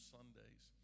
Sundays